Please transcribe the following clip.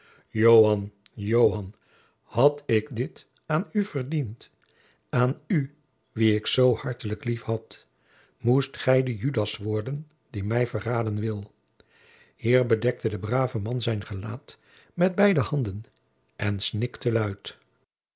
had ik dit aan u verdiend aan u wien ik zoo hartelijk lief had moest gij de judas worden die mij verraden wil hier bedekte de brave man zijn gelaat met beide handen en snikte luid